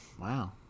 Wow